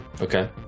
Okay